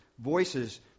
voices